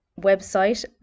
website